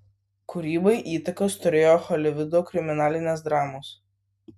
kūrybai įtakos turėjo holivudo kriminalinės dramos